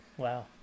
Wow